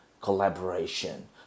collaboration